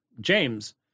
James